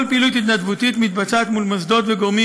כל פעילות התנדבותית מתבצעת מול מוסדות וגורמים